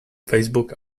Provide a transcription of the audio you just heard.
facebook